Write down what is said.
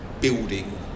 building